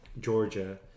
Georgia